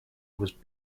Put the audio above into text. was